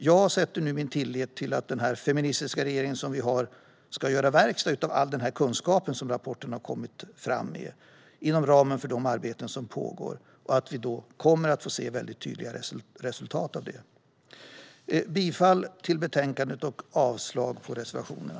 Jag sätter nu min tillit till att den feministiska regering som vi har ska göra verkstad av all den kunskap som rapporten har kommit fram med inom ramen för de arbeten som pågår och att vi kommer att få se tydliga resultat av detta. Jag yrkar bifall till utskottets förslag i betänkandet och avslag på reservationerna.